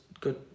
good